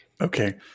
okay